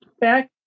Back